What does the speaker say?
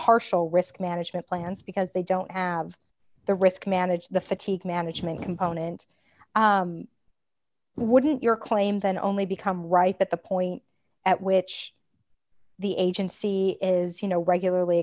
partial risk management plans because they don't have the risk manage the fatigue management component wouldn't your claim then only become right but the point at which the agency is you know regularly